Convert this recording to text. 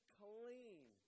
clean